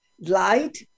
light